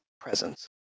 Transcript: presence